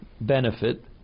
benefit